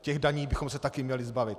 Těch daní bychom se taky měli zbavit.